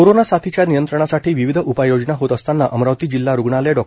corona साथीच्या नियंत्रणासाठी विविध उपाययोजना होत असताना अमरावती जिल्हा रूग्णालय डॉ